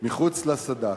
מחוץ לסד"כ.